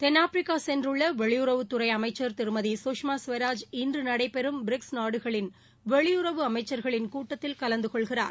தென்னாப்பிரிக்கா சென்றுள்ள வெளியுறவுத்துறை அமைச்சர் திருமதி சுஷ்மா ஸ்வராஜ் இன்று நடைபெறும் பிரிக்ஸ் நாடுகளின் வெளியுறவு அமைச்சர்களின் கூட்டத்தில் கலந்துகொள்கிறார்